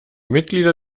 mitglieder